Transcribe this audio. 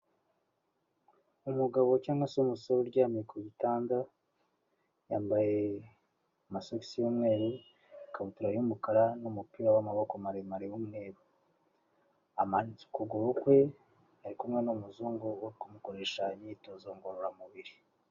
Umugabo cyangwa se umusore uryamye ku gitanda, yambaye amasogisi y'umweru, ikabutura y'umukara n'umupira w'amaboko maremare w'umweru. Amanitse ukuguru kwe ari kumwe n'umuzungu wo kumukoresha imyitozo ngororamubiri.